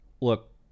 look